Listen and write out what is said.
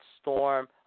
Storm